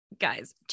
guys